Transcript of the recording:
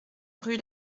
rue